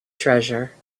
treasure